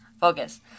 focus